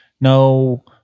no